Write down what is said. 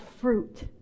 fruit